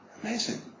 Amazing